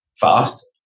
fast